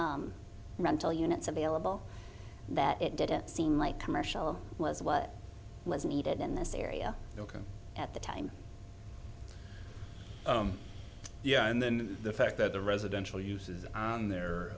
rental units available that it didn't seem like commercial was what was needed in this area looking at the time yeah and then the fact that the residential use is in there